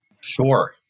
Sure